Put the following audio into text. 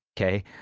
okay